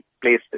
places